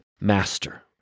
master